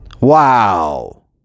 Wow